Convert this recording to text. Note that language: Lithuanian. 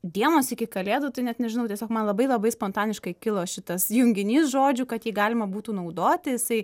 dienos iki kalėdų tai net nežinau tiesiog man labai labai spontaniškai kilo šitas junginys žodžių kad jį galima būtų naudoti jisai